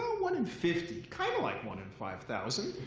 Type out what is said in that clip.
ah one in fifty, kind of like one in five thousand,